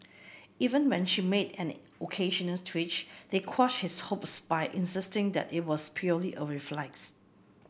even when she made an occasional twitch they quashed his hopes by insisting that it was purely a reflex